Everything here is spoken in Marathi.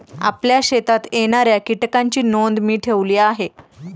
आपल्या शेतात येणाऱ्या कीटकांची नोंद मी ठेवली आहे